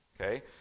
Okay